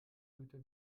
güter